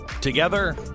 together